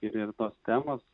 ir ir tos temos